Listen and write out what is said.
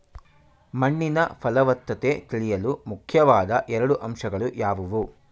ಮಣ್ಣಿನ ಫಲವತ್ತತೆ ತಿಳಿಯಲು ಮುಖ್ಯವಾದ ಎರಡು ಅಂಶಗಳು ಯಾವುವು?